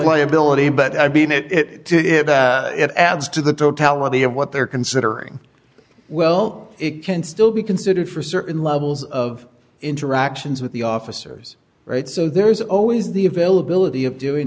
liability but i mean it it adds to the totality of what they're considering well it can still be considered for certain levels of interactions with the officers right so there is always the availability of doing